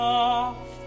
off